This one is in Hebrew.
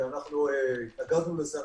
אנחנו התנגדנו לזה,